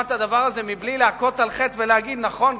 את הדבר הזה מבלי להכות על חטא ולהגיד: נכון,